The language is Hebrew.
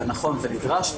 נכון ונדרש,